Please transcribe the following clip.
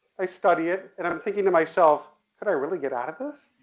i study it, and i'm thinking to myself, could i really get out of this?